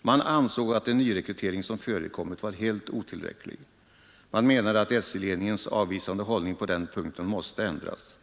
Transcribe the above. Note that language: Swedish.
Förbundet ansåg att den nyrekrytering som förekommit var helt otillräcklig och menade att SJ-ledningens avvisande hållning på den punkten måste ändras.